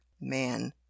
man